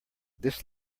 this